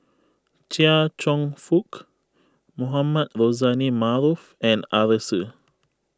Chia Cheong Fook Mohamed Rozani Maarof and Arasu